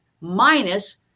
minus